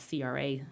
CRA